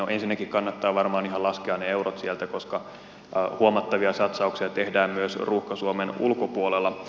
no ensinnäkin kannattaa varmaan ihan laskea ne eurot sieltä koska huomattavia satsauksia tehdään myös ruuhka suomen ulkopuolella